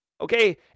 okay